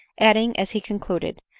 adding as he concluded,